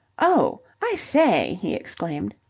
oh, i say! he exclaimed.